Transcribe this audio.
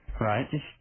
Right